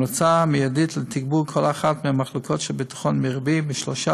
יש המלצה מיידית לתגבור כל אחת מהמחלקות של ביטחון מרבי בשלושה